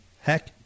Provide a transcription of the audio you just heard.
Heck